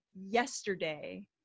yesterday